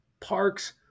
parks